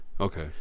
Okay